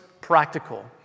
practical